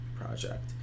project